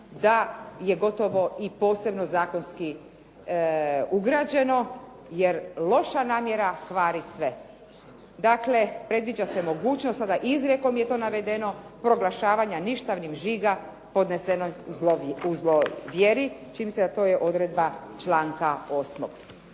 da je gotovo i posebno zakonski ugrađeno jer loša namjera kvari sve. Dakle, predviđa se mogućnost, sada izrijekom je to navedeno, proglašavanja ništavnim žiga podneseno u zloj vjeri. Čini mi se da to je odredba članka 8.